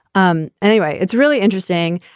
um anyway, it's really interesting.